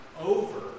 over